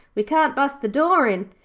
we can't bust the door in.